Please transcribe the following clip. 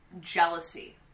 jealousy